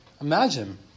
Imagine